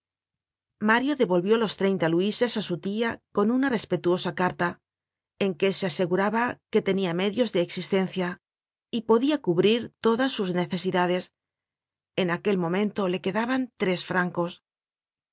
mario devolvió los treinta luises á su tia con una respetuosa carta en que aseguraba que tenia medios de existencia y podia cubrir todas sus necesidades en aquel momento le quedaban tres francos